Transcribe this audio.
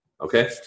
Okay